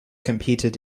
competed